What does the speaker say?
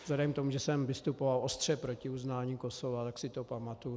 Vzhledem k tomu, že jsem vystupoval ostře proti uznání Kosova, tak si to pamatuji.